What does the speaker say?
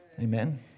Amen